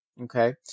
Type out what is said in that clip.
okay